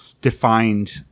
defined